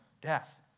death